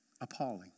Appalling